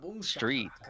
Street